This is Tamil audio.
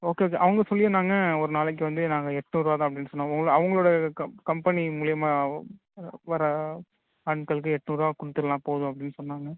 ஓகே ஓகே அவங்க சொல்லி நாங்கள் ஒரு நாளைக்கு வந்து நாங்கள் எண்நூறுவா தான் அப்படின் சொன்ன உங்களை அவங்களோட கம் கம்பெனி மூலிமா வர ஆட்களுக்கு எண்நூறுவா கொடுத்துருலாம் போதும் அப்படின் சொன்னாங்க